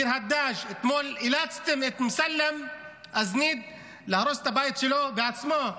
בביר הדאג' אתמול אילצתם את מוסלם אזניב להרוס את הבית שלו בעצמו.